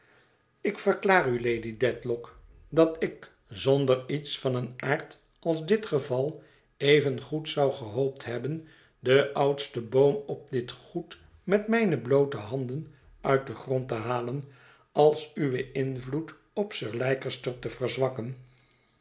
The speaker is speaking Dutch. ik verklaar u lady dediock dat ik zonder iets van een aard als dit geval evengoed zou gehoopt hebben den oudsten boom op dit goed met mijne bloote handen uit den grond te halen als uw invloed op sir leicester te verzwakken